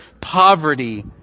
poverty